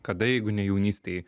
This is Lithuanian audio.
kada jeigu ne jaunystėj